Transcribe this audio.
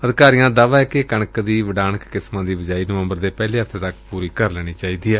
ਅਧਿਕਾਰੀ ਦਾ ਦਾਅਵਾ ਏ ਕਿ ਕਣਕ ਦੀਆਂ ਵਡਾਣਕ ਕਿਸਮਾਂ ਦੀ ਬਿਜਾਈ ਨਵੰਬਰ ਦੇ ਪਹਿਲੇ ਹਫ਼ਤੇ ਤੱਕ ਪੁਰੀ ਕਰ ਲੈਣ ਚਾਹੀਦੀ ਏ